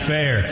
Fair